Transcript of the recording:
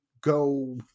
go